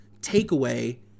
takeaway